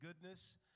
goodness